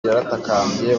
yaratakambye